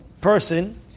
person